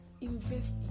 Invest